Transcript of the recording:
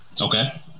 Okay